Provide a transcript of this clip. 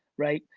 right?